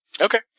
Okay